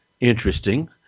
Interesting